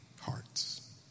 hearts